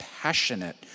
passionate